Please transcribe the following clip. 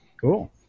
Cool